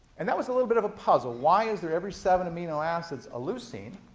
and that was a little bit of a puzzle. why is there every seven amino acids a leucine?